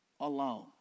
alone